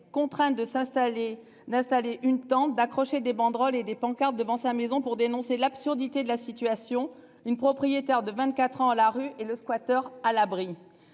s'installer, d'installer une tente d'accrocher des banderoles et des pancartes devant sa maison pour dénoncer l'absurdité de la situation une propriétaire de 24 ans à la rue et le squatteur à l'abri.